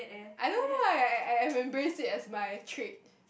I don't know why I I embrace it as my trait